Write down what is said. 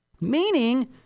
Meaning